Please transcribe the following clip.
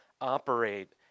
operate